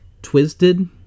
Twisted